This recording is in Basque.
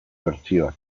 bertsioak